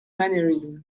mannerism